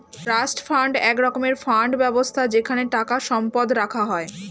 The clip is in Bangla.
ট্রাস্ট ফান্ড এক রকমের ফান্ড ব্যবস্থা যেখানে টাকা সম্পদ রাখা হয়